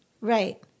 Right